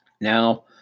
Now